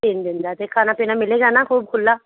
ਤਿੰਨ ਦਿਨ ਦਾ ਅਤੇ ਖਾਣਾ ਪੀਣਾ ਮਿਲੇਗਾ ਨਾ ਖੂਬ ਖੁੱਲ੍ਹਾ